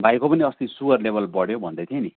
भाइको पनि अस्ति सुगर लेवल बढ्यो भन्दैथ्यो नि